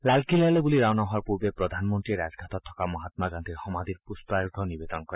লালকিল্লালৈ বুলি ৰাওনা হোৱাৰ পূৰ্বে প্ৰধানমন্ত্ৰীয়ে ৰাজঘাটত থকা মহাম্মা গান্ধীৰ সমাধিত পুষ্পাৰ্ঘ্য নিবেদন কৰে